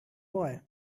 boy